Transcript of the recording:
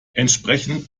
entsprechend